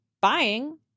buying